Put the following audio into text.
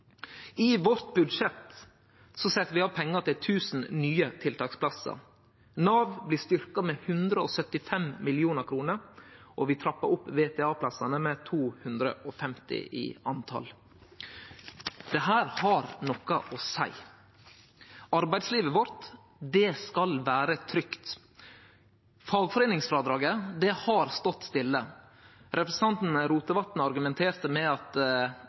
I vårt budsjett set vi av pengar til 1 000 nye tiltaksplassar. Nav blir styrkt med 175 mill. kr, og vi trappar opp VTA-plassane med 250 i tal. Dette har noko å seie. Arbeidslivet vårt skal vere trygt. Fagforeiningsfrådraget har stått stille. Representanten Rotevatn argumenterte med at